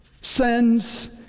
sends